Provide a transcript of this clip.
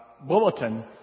bulletin